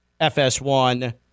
FS1